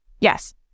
Yes